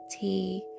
tea